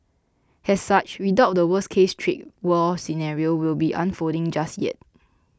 as such we doubt the worst case trade war scenario will be unfolding just yet